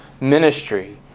ministry